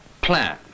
plan